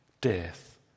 death